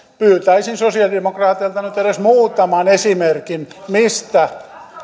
pyytäisin sosiaalidemokraateilta nyt edes muutaman esimerkin mistä